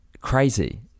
crazy